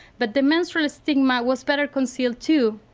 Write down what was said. but the menstrual stigma was better concealed too.